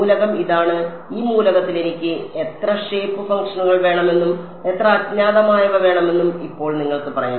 മൂലകം ഇതാണ് ഈ മൂലകത്തിൽ എനിക്ക് എത്ര ഷേപ്പ് ഫംഗ്ഷനുകൾ വേണമെന്നും എത്ര അജ്ഞാതമായവ വേണമെന്നും ഇപ്പോൾ നിങ്ങൾക്ക് പറയാം